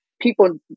People